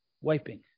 wiping